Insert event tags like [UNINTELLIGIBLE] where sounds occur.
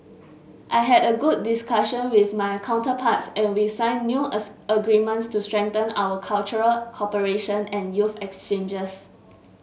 I had a good discussion with my counterparts and we signed new [UNINTELLIGIBLE] agreements to strengthen our cultural cooperation and youth exchanges